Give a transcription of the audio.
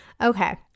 Okay